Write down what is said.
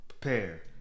prepare